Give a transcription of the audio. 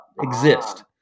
exist